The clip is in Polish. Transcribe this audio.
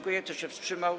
Kto się wstrzymał?